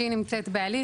שהיא נמצאת בהליך.